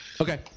Okay